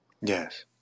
Yes